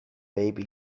baby